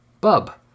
Bub